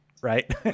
right